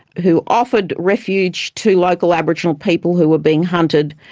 who offered refuge to local aboriginal people who were being hunted.